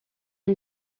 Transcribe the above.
une